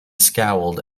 scowled